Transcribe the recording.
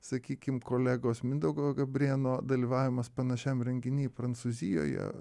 sakykim kolegos mindaugo gabrėno dalyvavimas panašiam renginy prancūzijoje